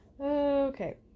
okay